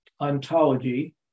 ontology